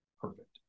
perfect